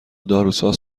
داروساز